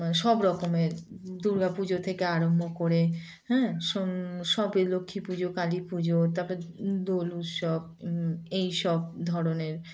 সব রকমের দুর্গা পুজো থেকে আরম্ভ করে হ্যাঁ স সবে লক্ষ্মী পুজো কালী পুজো তারপর দোল উৎসব এই সব ধরনের